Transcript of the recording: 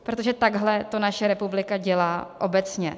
Protože takhle to naše republika dělá obecně.